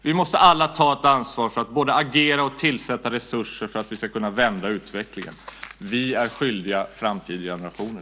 Vi måste alla ta ett ansvar både för att agera och för att tillsätta resurser för att vi ska kunna vända utvecklingen. Det är vi skyldiga framtida generationer.